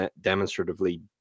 demonstratively